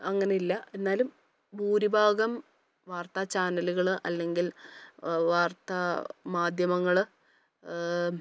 അങ്ങനില്ല എന്നാലും ഭൂരിഭാഗം വാർത്താ ചാനലുകള് അല്ലെങ്കിൽ വാർത്താ മാധ്യമങ്ങള്